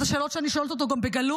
אלה שאלות שאני שואלת אותו גם בגלוי,